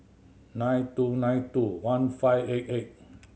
nine two nine two one five eight eight